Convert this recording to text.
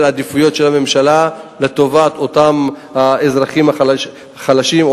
העדיפויות של הממשלה לטובת אותם אזרחים חלשים,